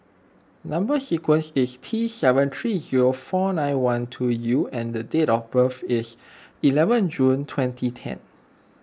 Number Sequence is T seven three zero four nine one two U and the date of birth is eleven June twenty ten